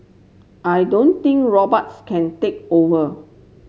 I don't think robots can take over